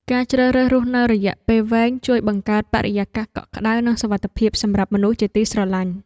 ការជ្រើសរើសរស់នៅរយៈពេលវែងជួយបង្កើតបរិយាកាសកក់ក្ដៅនិងសុវត្ថិភាពសម្រាប់មនុស្សជាទីស្រឡាញ់។